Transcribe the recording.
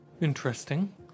Interesting